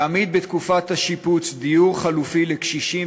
יעמיד בתקופת השיפוץ דיור חלופי לקשישים